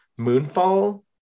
Moonfall